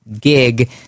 gig